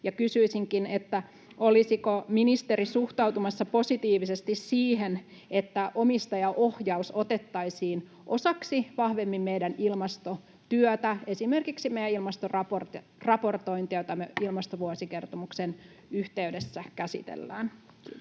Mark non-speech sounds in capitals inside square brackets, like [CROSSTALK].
Kysyisinkin, että olisiko ministeri suhtautumassa positiivisesti siihen, että omistajaohjaus otettaisiin vahvemmin osaksi meidän ilmastotyötä, esimerkiksi osaksi meidän ilmastoraportointia, [NOISE] jota me ilmastovuosikertomuksen yhteydessä käsitellään. — Kiitos.